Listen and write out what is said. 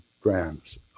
grams